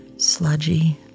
sludgy